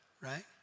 right